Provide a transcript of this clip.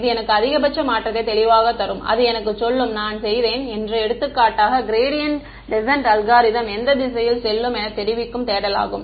இது எனக்கு அதிகபட்ச மாற்றத்தை தெளிவாகத் தரும் அது எனக்கு சொல்லும் நான் செய்தேன் என்று எடுத்துக்காட்டாக க்ராடியன்ட் டெஸ்ஸ்ண்ட் அல்காரிதம் எந்த திசையில் செல்லும் என தெரிவிக்கும் தேடல் ஆகும்